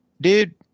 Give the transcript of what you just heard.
dude